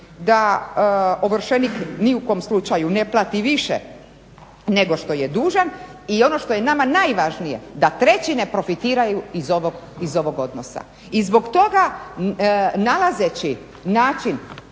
da ovršenik ni u kom slučaju ne plati više nego što je dužan i ono što je nama najvažnije, da treći ne profitiraju iz ovog odnosa. I zbog toga nalazeći način